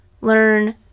learn